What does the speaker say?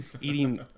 eating